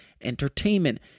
entertainment